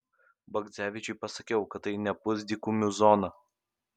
bagdzevičiui pasakiau kad tai ne pusdykumių zona